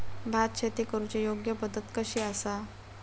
भात शेती करुची योग्य पद्धत कशी आसा?